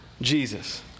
Jesus